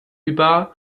über